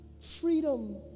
freedom